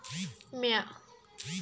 म्या